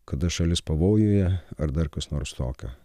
kada šalis pavojuje ar dar kas nors tokio